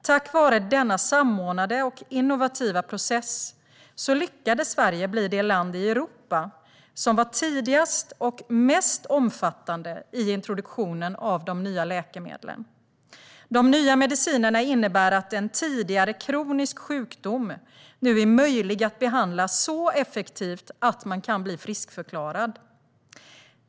Tack vare denna samordnade och innovativa process lyckades Sverige bli det land i Europa som var tidigast och mest omfattande i introduktionen av de nya läkemedlen. De nya medicinerna innebär att en tidigare kronisk sjukdom nu är möjlig att behandla så effektivt att man kan bli friskförklarad.